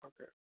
Okay